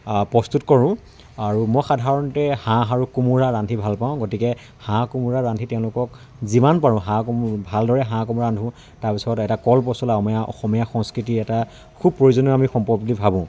প্ৰস্তুত কৰোঁ আৰু মই সাধাৰণতে হাঁহ আৰু কোমোৰা ৰান্ধি ভাল পাওঁ গতিকে হাঁহ কোমোৰা ৰান্ধি তেওঁলোকক যিমান পাৰোঁ হাঁহ কো ভালদৰে হাঁহ কোমোৰা ৰান্ধোঁ তাৰপিছত এটা কলপচলা অময়া অসমীয়া সংস্কৃতিৰ এটা খুব প্ৰয়োজনীয় আমি সম্পদ বুলি ভাবোঁ